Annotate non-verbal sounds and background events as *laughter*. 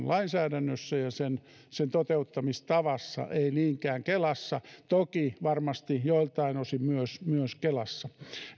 *unintelligible* lainsäädännössä ja sen sen toteuttamistavassa ei niinkään kelassa toki varmasti joiltain osin myös myös kelassa